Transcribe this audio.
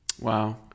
Wow